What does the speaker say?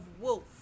wolf